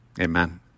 amen